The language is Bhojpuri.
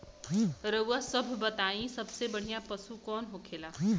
रउआ सभ बताई सबसे बढ़ियां पशु कवन होखेला?